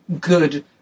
good